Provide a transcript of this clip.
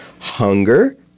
hunger